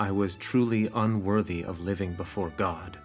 i was truly unworthy of living before god